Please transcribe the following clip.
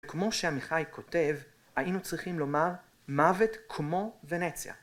כמו שעמיחי כותב, היינו צריכים לומר, מוות כמו ונציה.